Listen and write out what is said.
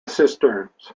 cisterns